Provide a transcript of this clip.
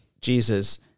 Jesus